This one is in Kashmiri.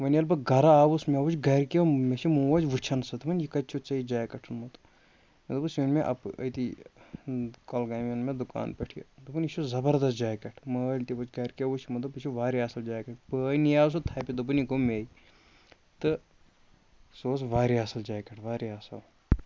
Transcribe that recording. وَنہِ ییٚلہِ بہٕ گَرٕ آوُس مےٚ وٕچھ گَرِکیو مےٚ چھِ موج وٕچھان سُہ دَپان یہِ کَتہِ چھُتھ ژےٚ یہِ جاکٮ۪ٹ اوٚنمُت مےٚ دوٚپُس یہِ اوٚن مےٚ اَپٲ أتی کۄلگامہِ اوٚن مےٚ دُکان پٮ۪ٹھ یہِ دوٚپُن یہِ چھُ زبردست جاکٮ۪ٹ مٲلۍ تہِ وٕچھ گَرِکیو وٕچھ تِمو دوٚپ یہِ چھِ واریاہ اَصٕل جاکٮ۪ٹ بٲے نِیاو سُہ تھپہِ دوٚپُن یہِ گوٚو مے تہٕ سُہ اوس واریاہ اَصٕل جاکٮ۪ٹ واریاہ اَصٕل